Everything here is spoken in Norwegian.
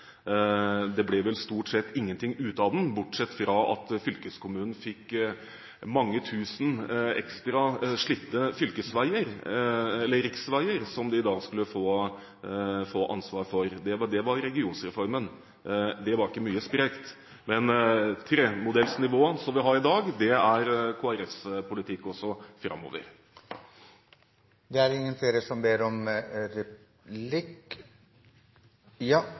Det ble vel stort sett ingenting av den, bortsett fra at fylkeskommunen fikk ansvar for veldig mange ekstra slitte riksveier. Det var regionreformen. Det var ikke mye sprekt, men trenivåmodellen som vi har i dag, er også Kristelig Folkepartis politikk framover. Når Høgre snakkar om å gje privat sektor større spelerom innan f.eks. omsorgstenester, opplever vi at dei er